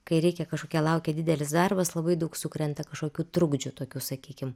kai reikia kažkokia laukia didelis darbas labai daug sukrenta kažkokių trukdžių tokių sakykim